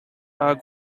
are